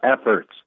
efforts